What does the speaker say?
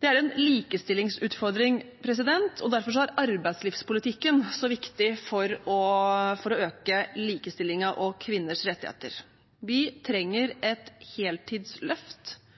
Det er en likestillingsutfordring, og derfor er arbeidslivspolitikken så viktig for å øke likestillingen og styrke kvinners rettigheter. Vi